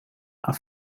are